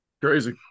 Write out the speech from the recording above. Crazy